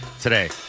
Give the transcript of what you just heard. today